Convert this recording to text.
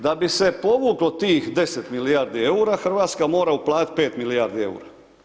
Da bi se povuklo tih 10 milijardi EUR-a, Hrvatska mora uplatiti 5 milijardi EUR-a.